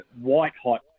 white-hot